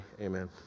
amen